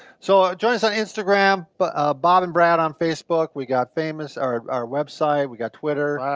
so join us ah instagram. but bob and brad on facebook. we got famous, our our website, we got twitter.